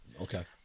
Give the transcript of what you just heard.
okay